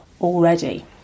already